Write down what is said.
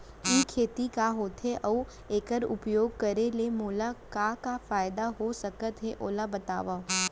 ई खेती का होथे, अऊ एखर उपयोग करे ले मोला का का फायदा हो सकत हे ओला बतावव?